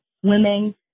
swimming